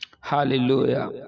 hallelujah